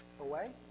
Away